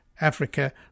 Africa